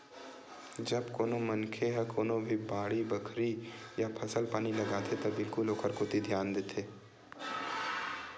जब कोनो मनखे ह कोनो भी बाड़ी बखरी या फसल पानी लगाथे त बिल्कुल ओखर कोती धियान देथे